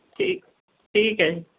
ਠੀਕ ਠੀਕ ਹੈ